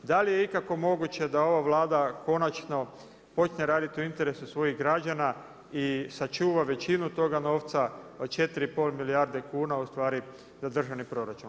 Da li je ikako moguće da ova Vlada konačno počne raditi u interesu svojih građana i sačuva većinu svojih novca od 4,5 milijarde kuna za državni proračun?